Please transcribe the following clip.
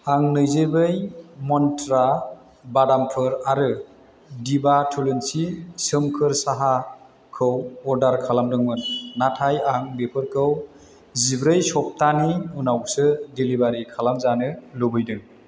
आं नैजिब्रै मन्त्रा बादामफोर आरो दिभा थुलुंसि सोमखोर साहाखौ अर्डार खालामदोंमोन नाथाय आं बेफोरखौ जिब्रै सप्तानि उनावसो डेलिबारि खालामजानो लुबैदों